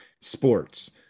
sports